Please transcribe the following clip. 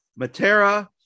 Matera